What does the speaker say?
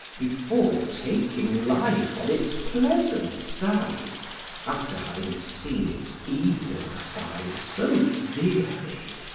before taking life on its pleasant side after having seen its evil side so dearly,